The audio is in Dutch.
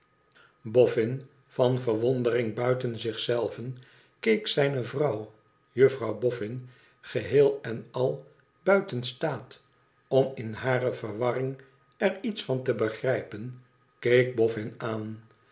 van verwondering buiten zich zei ven keek zijne vrouw juffrouw boffin geheel en al buiten staat om in hare verwarring er iets van te begrijpen keek bofn aan